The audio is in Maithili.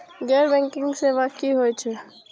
गैर बैंकिंग सेवा की होय छेय?